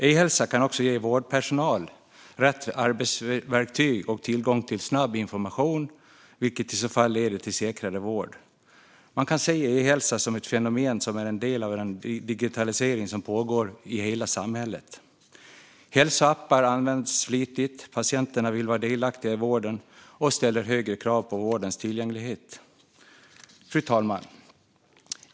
E-hälsa kan också ge vårdpersonal rätt arbetsverktyg och tillgång till snabb information, vilket i så fall leder till säkrare vård. Man kan se e-hälsa som ett fenomen som är en del av den digitalisering som pågår i hela samhället. Hälsoappar används flitigt. Patienterna vill vara delaktiga i vården och ställer högre krav på vårdens tillgänglighet. Fru talman!